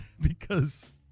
Because-